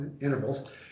intervals